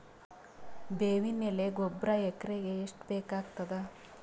ಬೇವಿನ ಎಲೆ ಗೊಬರಾ ಎಕರೆಗ್ ಎಷ್ಟು ಬೇಕಗತಾದ?